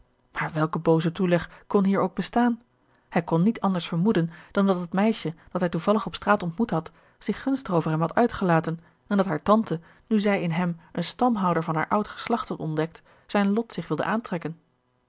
welke booze toeleg kon hier ook bestaan hij kon niet anders vermoeden dan dat het meisje dat hij toevallig op straat ontmoet had zich gunstig over hem had uitgelaten en dat hare tante nu zij in hem een stamhouder van haar oud geslacht had ontdekt zijn lot zich wilde aantrekken